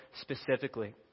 specifically